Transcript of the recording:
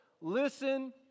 listen